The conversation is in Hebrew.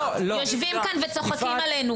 יושבים כאן וצוחקים עלינו,